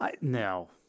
No